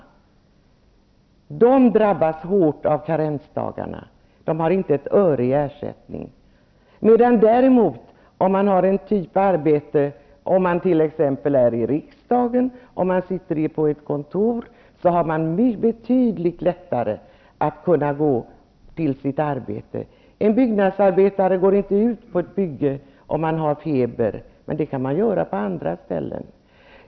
Dessa människor drabbas hårt av systemet med karensdagar. De har inte ett öre i ersättning. Om man däremot t.ex. arbetar i riksdagen eller på ett kontor har man betydligt lättare att gå till sitt arbete. En byggnadsarbetare går inte ut på ett bygge om han har feber, men det kan man göra på andra ställen.